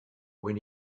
when